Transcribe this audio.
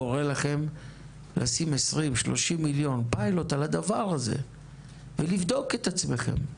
קורא לכם לשים 20-30 מיליון ₪ פיילוט על הדבר הזה ולבדוק את עצמכם.